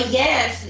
yes